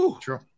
True